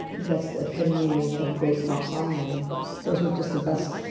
that's the epitome of of great pop songwriting those were just the best,